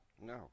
no